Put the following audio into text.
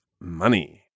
Money